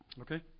Okay